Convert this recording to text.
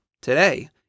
today